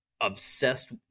obsessed